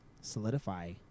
solidify